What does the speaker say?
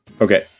Okay